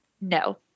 No